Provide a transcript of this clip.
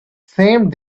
same